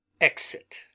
Exit